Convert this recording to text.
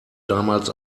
damals